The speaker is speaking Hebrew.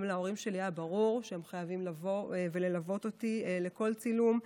גם להורים שלי היה ברור שהם חייבים לבוא וללוות אותי לכל צילום,